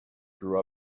grew